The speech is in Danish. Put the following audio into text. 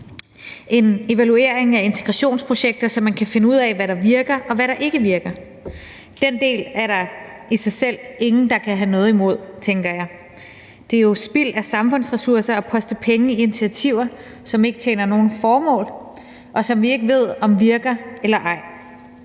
en evaluering af integrationsprojekter, så man kan finde ud af, hvad der virker, og hvad der ikke virker. Den del er der i sig selv ingen der kan have noget imod, tænker jeg. Det er jo spild af samfundsressourcer at poste penge i initiativer, som ikke tjener nogen formål, og som vi ikke ved om virker eller ej.